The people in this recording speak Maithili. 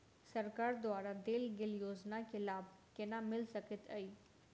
सरकार द्वारा देल गेल योजना केँ लाभ केना मिल सकेंत अई?